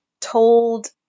told